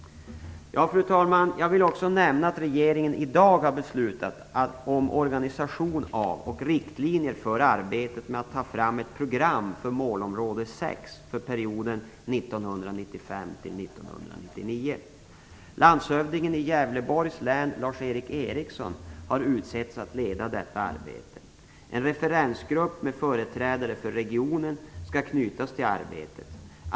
Fru talman! Jag vill också nämna att regeringen i dag har beslutat om organisation av och riktlinjer för arbetet med att ta fram ett program för målområde 6 för perioden 1995-1999. Landshövdingen i Gävleborgs län Lars Eric Ericsson har utsetts att leda detta arbete. En referensgrupp med företrädare för regionen skall knytas till arbetet.